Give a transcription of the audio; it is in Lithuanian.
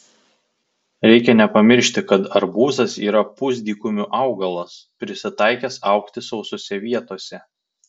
reikia nepamiršti kad arbūzas yra pusdykumių augalas prisitaikęs augti sausose vietose